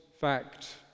fact